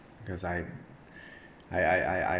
because I I I I I